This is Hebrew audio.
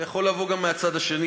אבל זה יכול לבוא גם מהצד השני.